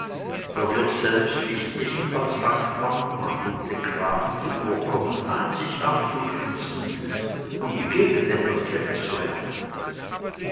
der wirt selbst ließ ebenfalls anspannen man lud den grafen zuvorkommend ein sich anzuschließen und die gegend etwas kennenzulernen